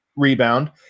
rebound